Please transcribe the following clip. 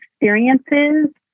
experiences